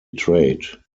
trade